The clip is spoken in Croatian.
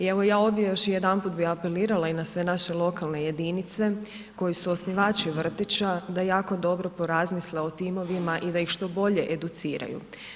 I evo ja ovdje još jedanput bi apelirala i na sve naše lokalne jedinice koji su osnivači vrtića da jako dobro porazmisle o timovima i da ih što bolje educiraju.